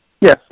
Yes